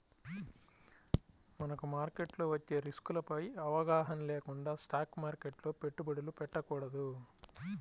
మనకు మార్కెట్లో వచ్చే రిస్కులపై అవగాహన లేకుండా స్టాక్ మార్కెట్లో పెట్టుబడులు పెట్టకూడదు